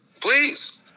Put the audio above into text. please